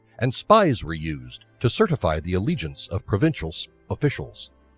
and spies were used to certify the allegiance of provincial officials.